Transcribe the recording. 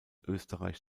österreich